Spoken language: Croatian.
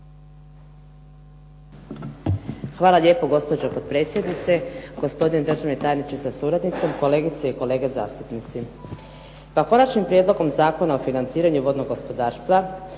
Hvala lijepo gospođo potpredsjednice, gospodine državni tajniče sa suradnicom, kolegice i kolege zastupnici. Pa Konačnim prijedlogom Zakona o financiranju vodnog gospodarstva